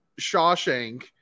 shawshank